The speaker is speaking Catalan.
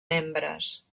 membres